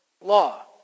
law